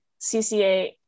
cca